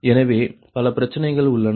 எனவே பல பிரச்சனைகள் உள்ளன